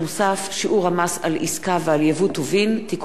המס על עסקה ועל ייבוא טובין) (תיקון מס' 2),